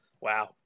Wow